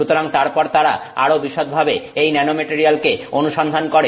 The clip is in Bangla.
সুতরাং তারপর তারা আরো বিশদভাবে এই ন্যানোমেটারিয়ালকে অনুসন্ধান করে